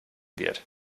wird